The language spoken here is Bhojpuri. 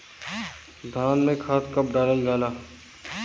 धान में खाद कब डालल जाला?